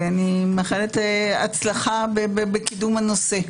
אני מאחלת הצלחה בקידום הנושא.